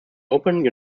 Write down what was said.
open